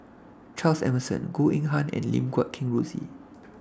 Charles Emmerson Goh Eng Han and Lim Guat Kheng Rosie